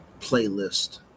playlist